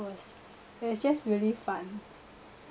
was it was just really fun